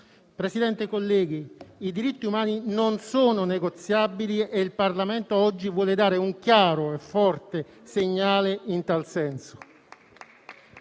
Presidente, colleghi, i diritti umani non sono negoziabili e il Parlamento oggi vuole dare un chiaro e forte segnale in tal senso.